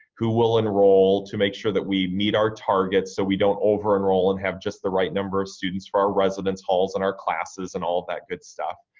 who will enroll, to make sure that we meet our targets so we don't over enroll and have just the right number of students for our residence halls, in our classes, and all that good stuff.